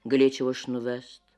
galėčiau aš nuvest